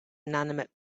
inanimate